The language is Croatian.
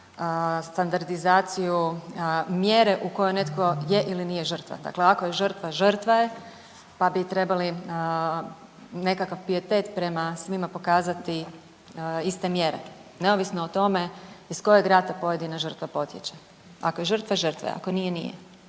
standardizaciju mjere u kojoj netko je ili nije žrtva, dakle ako je žrtva, žrtva je, pa bi trebali nekakav pijetet prema svima pokazati iste mjere, neovisno o tome iz kojeg rata pojedina žrtva potječe. Ako je žrtva, žrtva je. Ako nije, nije.